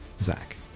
Zach